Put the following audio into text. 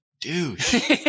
douche